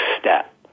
step